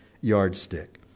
yardstick